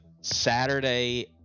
Saturday